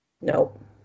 Nope